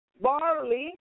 barley